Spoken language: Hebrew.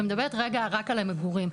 ומדברת רגע רק על המגורים.